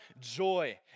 joy